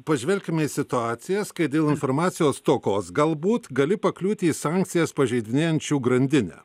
pažvelkim į situacijas kai dėl informacijos stokos galbūt gali pakliūti į sankcijas pažeidinėjančių grandinę